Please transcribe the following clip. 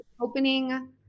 opening